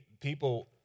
people